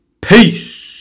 Peace